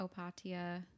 Opatia